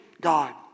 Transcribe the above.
God